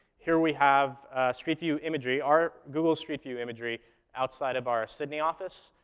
here we have street view imagery our google street view imagery outside of our sydney office.